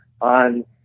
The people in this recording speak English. on